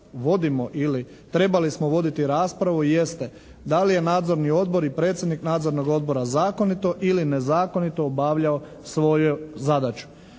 vodimo ili trebali smo voditi raspravu jeste da li je nadzorni odbor i predsjednik nadzornog odbora zakonito ili nezakonito obavljao svoju zadaću.